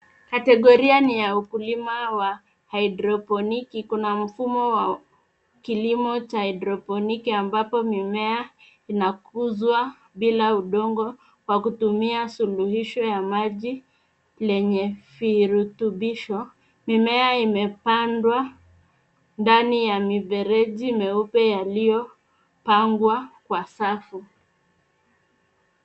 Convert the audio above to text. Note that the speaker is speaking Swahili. Kategoria ni ya ukulima wa haidroponiki, kuna mfumo wa kilimo cha haidroponiki ambapo mimea inakuzwa bila udongo kwa kutumia suluhisho ya maji lenye virutubisho. Mimea imepandwa ndani ya mifereji mieupe yaliyopangwa kwa safu.